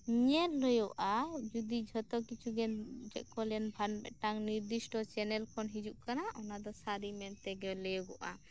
ᱧᱮᱞ ᱦᱳᱭᱳᱦᱜᱼᱟ ᱡᱩᱫᱤ ᱡᱷᱚᱛᱚ ᱠᱤᱪᱷᱩᱜᱮ ᱪᱮᱫ ᱠᱚ ᱞᱟᱹᱭᱟ ᱢᱤᱫᱴᱟᱝ ᱱᱤᱨᱫᱤᱥᱴᱚ ᱪᱮᱱᱮᱞ ᱠᱷᱚᱱ ᱦᱤᱡᱩᱜ ᱠᱟᱱᱟ ᱚᱱᱟ ᱫᱚ ᱥᱟᱹᱨᱤ ᱢᱮᱱ ᱛᱮᱜᱮ ᱞᱟᱹᱭᱚᱜᱚᱜᱼᱟ